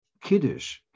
kiddush